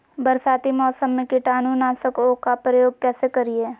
बरसाती मौसम में कीटाणु नाशक ओं का प्रयोग कैसे करिये?